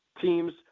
teams